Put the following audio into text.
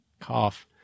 cough